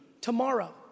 tomorrow